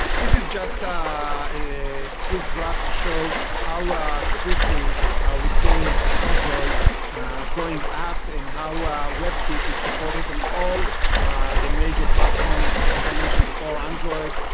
this is just a quick graph to show how quickly we're seeing android going up, and how webkit is supported on all the major platforms, as i mentioned before, android,